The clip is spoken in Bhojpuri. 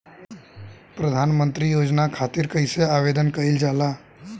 प्रधानमंत्री योजना खातिर कइसे आवेदन कइल जाला?